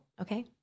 Okay